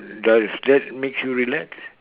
does that makes you relax